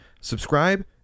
subscribe